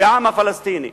העם הפלסטיני.